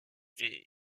fille